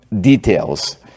details